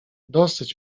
dosyć